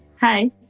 Hi